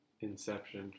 Inception